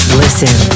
listen